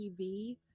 TV